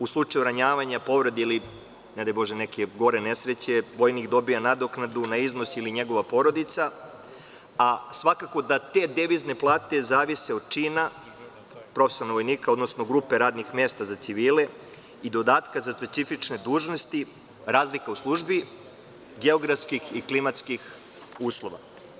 U slučaju ranjavanja, povrede ili, ne daj Bože neke gore nesreće, vojnik dobija nadoknadu na iznos, ili njegova porodica, a te devizne plate zavise od čina profesionalnog vojnika, odnosno grupe radnih mesta za civile i dodatka za specifične dužnosti, razlika u službi, geografskih i klimatskih uslova.